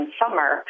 summer